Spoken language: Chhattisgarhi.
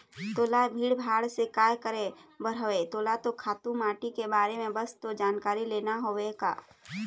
तोला भीड़ भाड़ से काय करे बर हवय तोला तो खातू माटी के बारे म बस तो जानकारी लेना हवय का